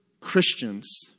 Christians